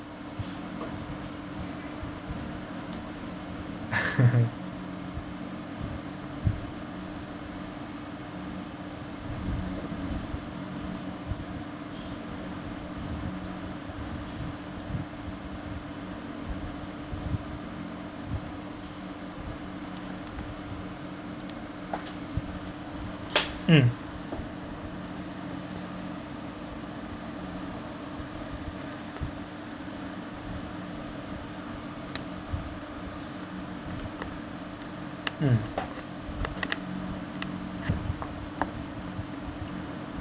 mm mm